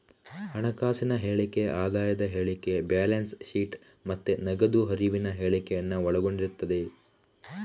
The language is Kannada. ಹಣಕಾಸಿನ ಹೇಳಿಕೆ ಆದಾಯ ಹೇಳಿಕೆ, ಬ್ಯಾಲೆನ್ಸ್ ಶೀಟ್ ಮತ್ತೆ ನಗದು ಹರಿವಿನ ಹೇಳಿಕೆಯನ್ನ ಒಳಗೊಂಡಿದೆ